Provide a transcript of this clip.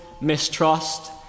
mistrust